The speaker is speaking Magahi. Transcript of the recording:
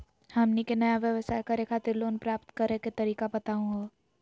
हमनी के नया व्यवसाय करै खातिर लोन प्राप्त करै के तरीका बताहु हो?